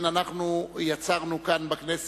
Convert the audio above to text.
מ/288,